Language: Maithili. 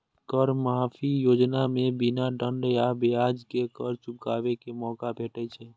कर माफी योजना मे बिना दंड आ ब्याज के कर चुकाबै के मौका भेटै छै